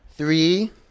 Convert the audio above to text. Three